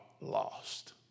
lost